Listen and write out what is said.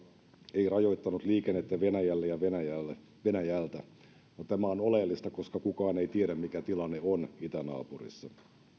ei rajoittanut liikennettä venäjälle ja venäjältä tämä on oleellista koska kukaan ei tiedä mikä tilanne on itänaapurissa